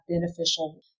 beneficial